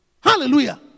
Hallelujah